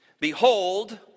Behold